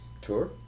tour